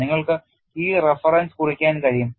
നിങ്ങൾക്ക് ഈ റഫറൻസ് കുറിക്കാൻ കഴിയും